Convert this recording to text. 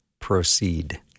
proceed